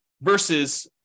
versus